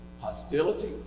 hostility